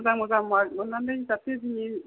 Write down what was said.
मोजां मोजां मार्क मोननानै जाहाथे बियो